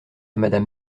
madame